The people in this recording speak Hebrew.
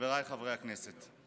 חבריי חברי הכנסת,